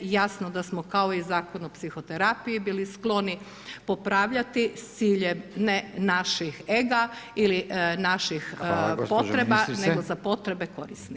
Jasno da smo kao i Zakon o psihoterapiji bili skloni popravljati s ciljem ne naših ega ili naših potreba nego za potrebe korisnika.